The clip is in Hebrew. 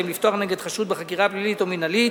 אם לפתוח נגד חשוד בחקירה פלילית או מינהלית,